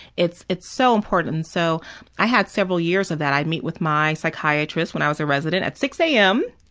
it's it's so important. so i had several years of that. i'd meet with my psychiatrist when i was a resident at six a. um